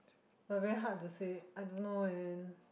but very hard to say I don't know eh